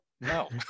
No